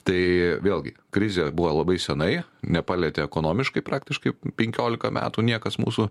tai vėlgi krizė buvo labai senai nepalietė ekonomiškai praktiškai penkiolika metų niekas mūsų